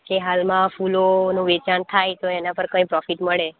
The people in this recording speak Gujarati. કે હાલમાં ફૂલોનું વેચાણ થાય છે તો એના પર કઈ પ્રોફિટ મળે